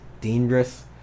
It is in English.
dangerous